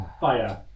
Fire